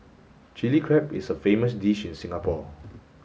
Chilli Crab is a famous dish in Singapore